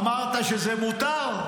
אמרת שזה מותר.